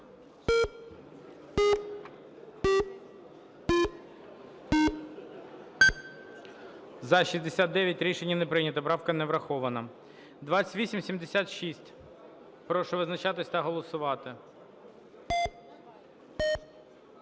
За-76 Рішення не прийнято. Правка не врахована. 2719, прошу визначатись та голосувати.